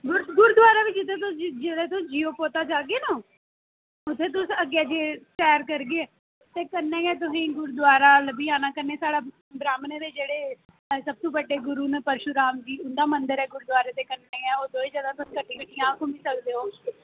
हां जी हां जी हांऽ नेईं नेईं तुस